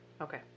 okay